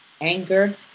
anger